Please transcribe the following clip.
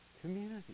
community